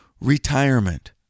retirement